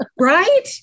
right